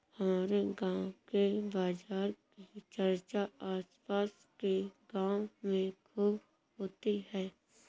हमारे गांव के बाजार की चर्चा आस पास के गावों में खूब होती हैं